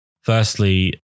firstly